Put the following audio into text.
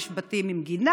יש בתים עם גינה,